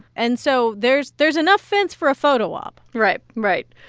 and so there's there's enough fence for a photo-op right. right.